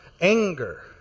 Anger